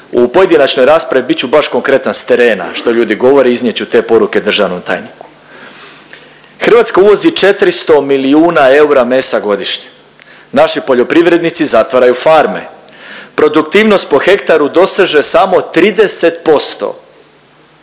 U pojedinačnoj raspravi bit ću baš konkretan s terena što ljudi govore, iznijet ću te poruke državnom tajniku. Hrvatska uvozi 400 milijuna eura mesa godišnje. Naši poljoprivrednici zatvaraju farme. Produktivnost po hektaru doseže samo 30%